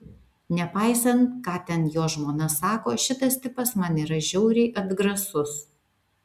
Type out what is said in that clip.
nepaisant ką ten jo žmona sako šitas tipas man yra žiauriai atgrasus